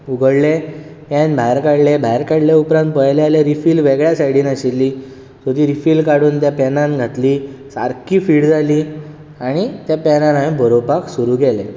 उगडलें pen भायर काडलें भायर काडले उपरांत पळयले जाल्यार रिफील वेगळ्या सायडीन आशिल्ली सो ती रिफील काडून पॅनान घातली सारकी फीट जाली आनी त्या पॅनान हांवें बरोवपाक सुरू केलें